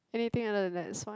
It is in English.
anything other than that is fine